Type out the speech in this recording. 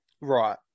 Right